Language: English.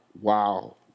Wow